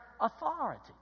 authority